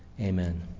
Amen